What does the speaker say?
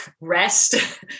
rest